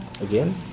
Again